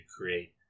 create